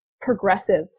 progressive